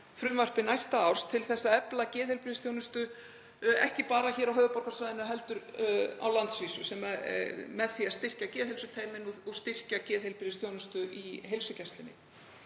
fjárlagafrumvarpi næsta árs, til þess að efla geðheilbrigðisþjónustu, ekki bara hér á höfuðborgarsvæðinu heldur á landsvísu með því að styrkja geðheilsuteymin og styrkja geðheilbrigðisþjónustu í heilsugæslunni.